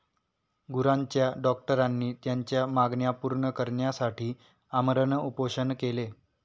गुरांच्या डॉक्टरांनी त्यांच्या मागण्या पूर्ण करण्यासाठी आमरण उपोषण केले